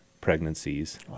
pregnancies